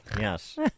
Yes